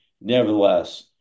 nevertheless